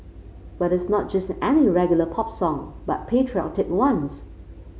but it's not just any regular pop song but patriotic ones